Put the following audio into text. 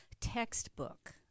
textbook